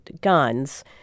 guns